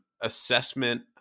assessment